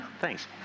Thanks